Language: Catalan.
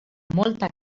molta